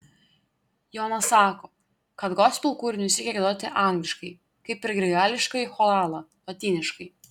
jonas sako kad gospel kūrinius reikia giedoti angliškai kaip ir grigališkąjį choralą lotyniškai